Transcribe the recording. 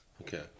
Okay